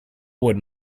wood